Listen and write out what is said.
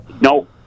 No